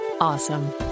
awesome